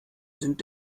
sind